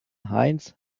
heinz